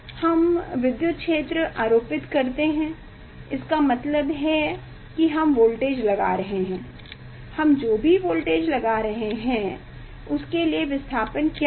हम विद्युत क्षेत्र आरोपित करते है इसका मतलब है कि हम वोल्टेज लगा रहे हैं हम जो भी वोल्टेज लगा रहे हैं उसके लिए विस्थापन क्या है